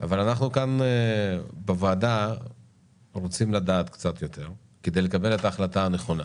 אבל אנחנו כאן בוועדה רוצים לדעת קצת יותר כדי לקבל את ההחלטה הנכונה,